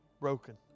broken